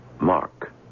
Mark